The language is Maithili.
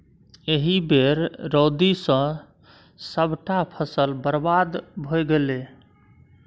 एहि बेर रौदी सँ सभटा फसल बरबाद भए गेलै